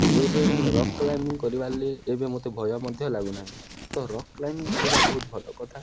ଏବେ rock climbing କରିବା ଏବେ ମୋତେ ଭୟ ମଧ୍ୟ ଲାଗୁନାହିଁ ତ ରକ୍ କ୍ଲାଇମ୍ବିଙ୍ଗ କରିବା ବହୁତ ଭଲ କଥା